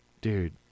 dude